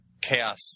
chaos